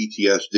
PTSD